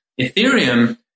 Ethereum